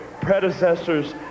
predecessors